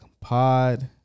pod